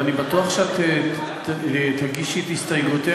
אז אני בטוח שאת תגישי את הסתייגויותייך